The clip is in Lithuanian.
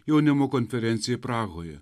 jaunimo konferencijai prahoje